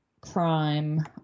crime